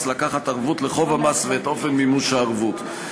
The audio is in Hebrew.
לקחת ערבות לחוב המס ואת אופן מימוש הערבות,